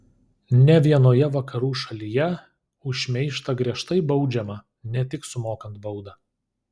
ne vienoje vakarų šalyje už šmeižtą griežtai baudžiama ne tik sumokant baudą